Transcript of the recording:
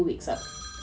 ya